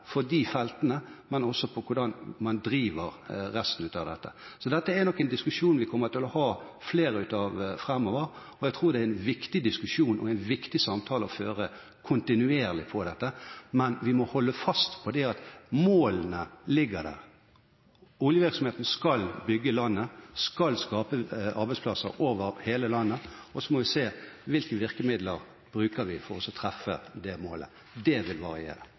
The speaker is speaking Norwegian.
for de feltene, men også for hvordan man driver resten av dette. Så dette er nok en diskusjon vi kommer til å ha flere av framover. Jeg tror det er en viktig diskusjon og en viktig samtale å føre kontinuerlig om dette, men vi må holde fast på at målene ligger der. Oljevirksomheten skal bygge landet, skal skape arbeidsplasser over hele landet, og så må vi se på hvilke virkemidler vi bruker for å treffe det målet. Det vil variere.